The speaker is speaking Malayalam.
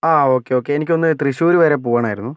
ആ ഓകെ ഓകെ എനിക്കൊന്നു തൃശൂർ വരെ പോകണമായിരുന്നു